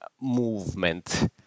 movement